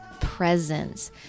presence